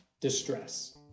distress